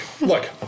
look